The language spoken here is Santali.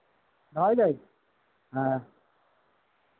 ᱫᱚᱦᱚᱭ ᱫᱟᱹᱧ